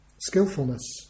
skillfulness